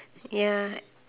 ya